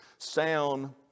sound